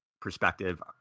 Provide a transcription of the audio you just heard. perspective